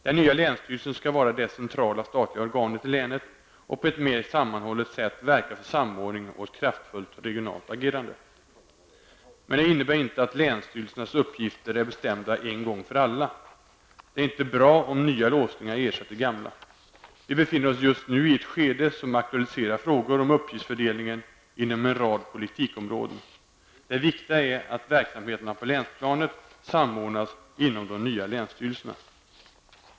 Den nya länsstyrelsen skall vara det centrala statliga organet i länet och på ett mer sammanhållet sätt verka för samordning och ett kraftfullt regionalt agerande. Men det innebär givetvis inte att länsstyrelsernas uppgifter är bestämda en gång för alla. Det är inte bra om nya låsningar ersätter gamla. Vi befinner oss just nu i ett skede som aktualiserar frågor om uppgiftsfördelningen inom en rad politikområden. Det viktiga är att verksamheterna på länsplanet samordnas inom de nya länsstyrelserna.